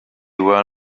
were